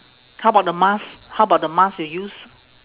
how about the mask how about the mask you use